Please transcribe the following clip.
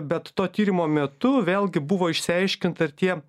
bet to tyrimo metu vėlgi buvo išsiaiškinta ir tie